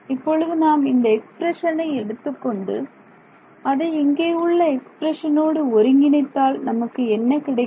இப்பொழுது நாம் இந்த எக்ஸ்பிரஷனை எடுத்துக்கொண்டு அதை இங்கே உள்ள எக்ஸ்பிரஷனோடு ஒருங்கிணைத்தால் நமக்கு என்ன கிடைக்கும்